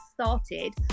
started